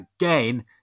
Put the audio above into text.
again